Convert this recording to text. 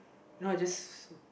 no it's just